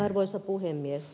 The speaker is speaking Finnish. arvoisa puhemies